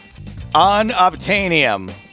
Unobtainium